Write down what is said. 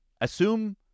Assume